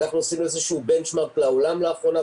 אנחנו עשינו איזשהו בנצ'מרק לעולם לאחרונה,